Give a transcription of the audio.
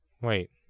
Wait